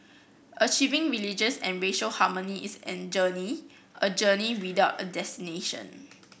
achieving religious and racial harmony is an journey a journey without a destination